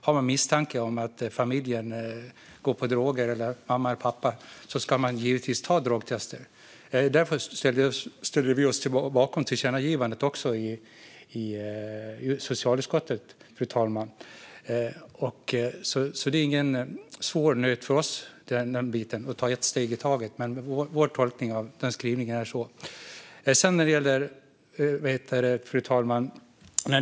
Har man misstanke om att familjen, eller mamma och pappa, går på droger ska man givetvis göra drogtester. Därför ställer vi oss bakom tillkännagivandet i socialutskottet, fru talman. Det är ingen svår nöt för oss, den biten, och att ta ett steg i taget. Men vår tolkning av skrivningen är så här. Fru talman!